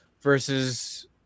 Versus